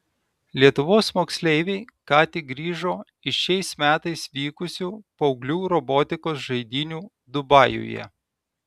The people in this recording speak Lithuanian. lietuvos moksleiviai ką tik grįžo iš šiais metais vykusių paauglių robotikos žaidynių dubajuje